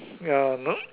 ya not